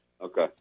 Okay